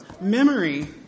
memory